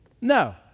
No